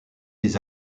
des